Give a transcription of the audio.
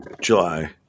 July